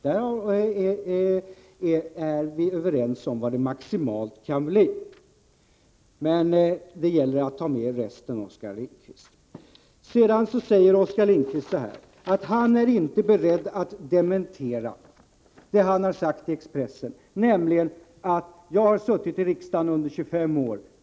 Därmed är vi överens om vad det maximalt kan bli. Men det gäller också resten, Oskar Lindkvist! Oskar Lindkvist säger att han inte är beredd att dementera det han sagt i Expressen, nämligen: ”Jag har suttit i riksdagen under 25 år.